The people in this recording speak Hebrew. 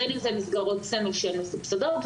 בין אם זה מסגרות סמל שמסובסדות,